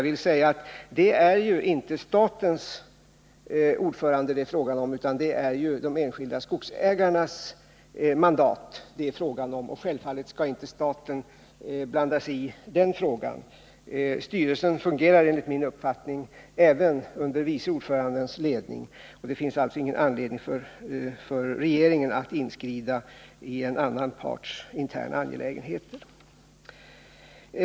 Men det är ju inte statens ordförande det är fråga om utan de enskilda skogsägarnas mandat. Självfallet skall inte staten blanda sig i den saken. Styrelsen fungerar enligt min mening även under vice ordförandens ledning. Det finns alltså ingen anledning för regeringen att ingripa i en annan parts interna angelägenhet.